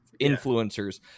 influencers